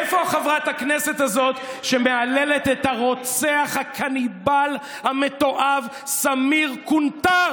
איפה חברת הכנסת הזאת שמהללת את הרוצח הקניבל המתועב סמיר קונטאר,